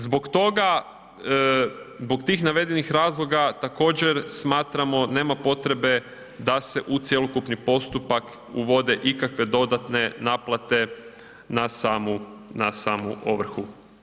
Zbog toga, zbog tih navedenih razloga, također smatramo, nema potrebe da se u cjelokupni postupak uvode ikakve dodatne naplate na samu ovrhu.